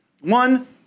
One